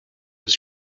his